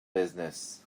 business